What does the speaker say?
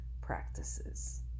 practices